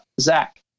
Zach